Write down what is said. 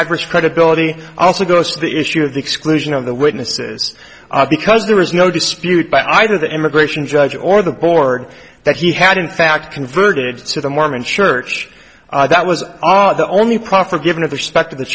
average credibility also goes to the issue of the exclusion of the witnesses because there is no dispute by either the immigration judge or the board that he had in fact converted to the mormon church that was odd the only proper given of the respect